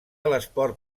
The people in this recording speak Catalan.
l’esport